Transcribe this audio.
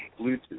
Bluetooth